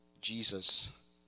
Jesus